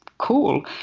cool